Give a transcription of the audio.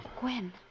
Gwen